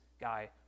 guy